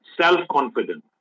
self-confidence